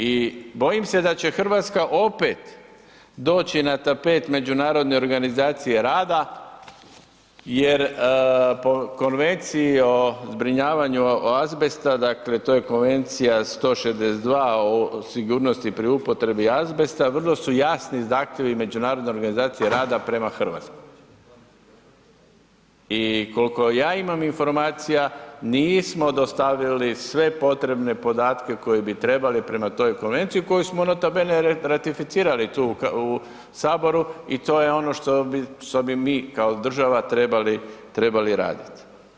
I bojim se da će RH opet doći na tapet Međunarodne organizacije rada jer po Konvenciji o zbrinjavanju azbesta, dakle to je Konvencija 162. o sigurnosti pri upotrebi azbesta, vrlo su jasni zahtjevi Međunarodne organizacije rada prema RH i kolko ja imam informacija nismo dostavili sve potrebne podatke koje bi trebali prema toj konvenciji koju smo nota bene ratificirali tu u HS i to je ono što bi mi kao država trebali radit.